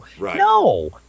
no